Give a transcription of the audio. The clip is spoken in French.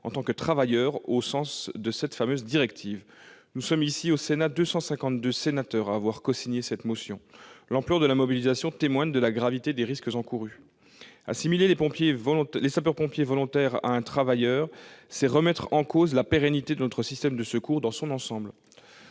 en tant que « travailleurs » au sens de cette fameuse directive. Nous sommes 252 sénateurs à avoir cosigné cette motion. L'ampleur de la mobilisation témoigne de la gravité des risques courus. Assimiler le sapeur-pompier volontaire à un travailleur, c'est remettre en cause la pérennité de notre système de secours dans son ensemble.